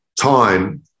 time